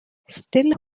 still